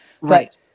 right